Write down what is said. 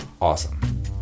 Awesome